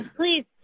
please